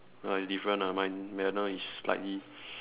nah is different lah mine my one is slightly